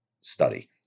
study